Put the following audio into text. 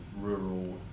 rural